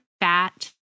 fat